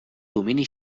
domini